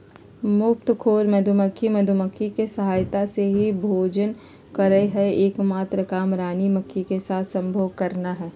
मुफ्तखोर मधुमक्खी, मधुमक्खी के सहायता से ही भोजन करअ हई, एक मात्र काम रानी मक्खी के साथ संभोग करना हई